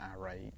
irate